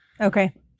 Okay